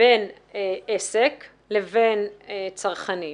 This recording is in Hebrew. בין עסק לבין צרכנים